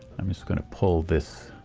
i'm just going to pull this